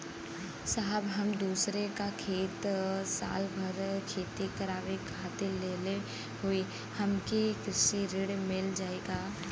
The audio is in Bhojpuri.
साहब हम दूसरे क खेत साल भर खेती करावे खातिर लेहले हई हमके कृषि ऋण मिल जाई का?